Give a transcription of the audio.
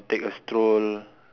uh and take a stroll